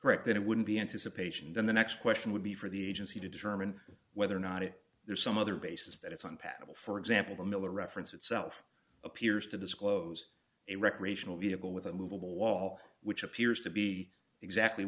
right then it wouldn't be anticipation then the next question would be for the agency to determine whether or not it there's some other bases that it's unpalatable for example miller reference itself appears to disclose a recreational vehicle with a movable wall which appears to be exactly